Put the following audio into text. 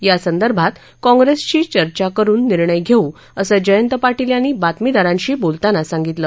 या संदर्भात काँग्रेसशी चर्चा करून निर्णय घेऊ असं जयंत पार्पेल यांनी बातमीदारांशी बोलतांना सांगितलं